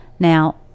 Now